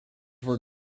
were